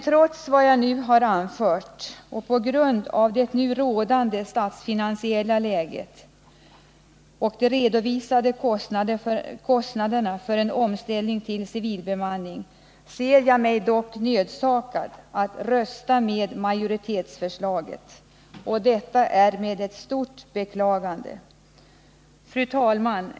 Trots vad jag nu har anfört och på grund av det rådande statsfinansiella läget och de redovisade kostnaderna för en omställning till civilbemanning, ser jag mig nödsakad att rösta med majoritetsförslaget. Det är med stort beklagande jag gör det. Fru talman!